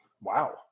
wow